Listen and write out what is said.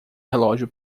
relógio